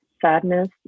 sadness